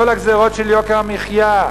כל הגזירות של יוקר המחיה,